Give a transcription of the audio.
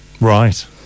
right